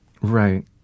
Right